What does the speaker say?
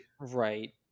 Right